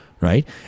right